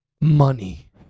money